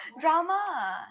Drama